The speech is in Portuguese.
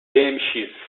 bmx